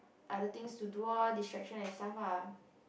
other things to do orh distractions and stuff ah